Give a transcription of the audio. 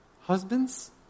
Husbands